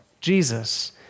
Jesus